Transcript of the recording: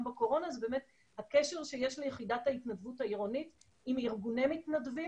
בקורונה זה הקשר שיש ליחידת ההתנדבות העירונית עם ארגוני מתנדבים.